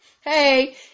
hey